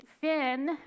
Finn